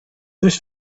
this